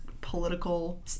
political